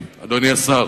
אדוני, אדוני השר,